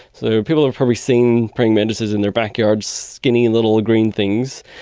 so people have probably seen praying mantises in their backyards, skinny little green things.